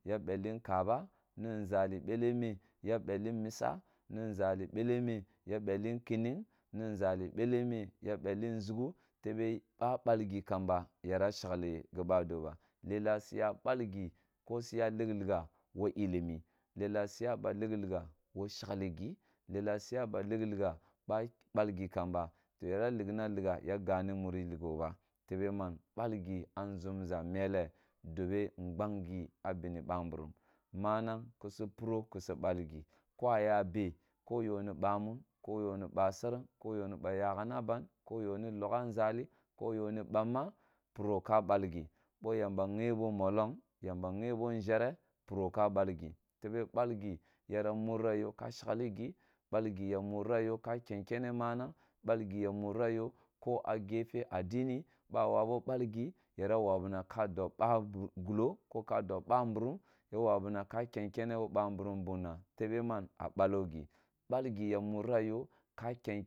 Ya belli kaba, ni zali bele meh, ya belli misa, ni zali bele meh, ya belli nkinning ni zali bele meh, ya belli nzuguh tebe ba balgi kamba yira shelli gi ba doh ba lelah su ya balgi, ko suya lik- ligha woh ilimi, leleh su yaba likoligha woh shelligi, lelah su yaba lik- ligha, ba balgi kamba toh yira rikna risha yira gani mure righo ba tebe man balgi ah zumza meleh, dome nbangi ah bene babirim. Manang ku su poroh kusu balgi koh ah ya beh ko yoni bamun, ko yoni basereng, ko yanu ba yaghananban, ko yoni lighazali, ko yoni bammah, puroh ka balgi bohyamba ghebo mollong, ya mba ghebo nzereh, puroh ka balgi, tebe balgi yira mura yoh ka shelligi, balgi yira mura yoh ka ken kere mamang balgi ya mura yoh ko ah gefa adini ba wawoh balgi yira wawunah ka dob ba gulloh ko ka dob babirim, ya wawunab ka ken ke neh woh babirim bunah tebe man ah ballogi. Balgi ya mura yoh ka ken.